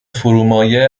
فرومایه